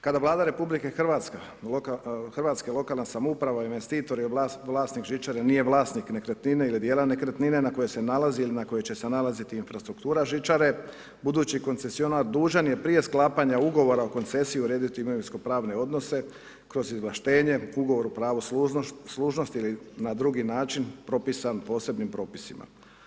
Kada Vlada RH, lokalna samouprava i investitori vlasnik žičare nije vlasnik nekretnine ili djela nekretnine na koje se nalazi ili na koje će se nalaziti infrastruktura žičare, budući koncesionar dužan je prije sklapanja ugovora u koncesiji urediti imovinsko pravne odnose kroz izvlaštenje, ugovor o pravu služnosti ili na drugi način propisan posebnim propisima.